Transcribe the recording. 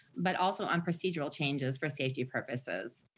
but also on procedural changes for safety purposes.